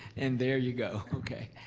and there you go. okay,